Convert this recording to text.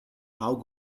how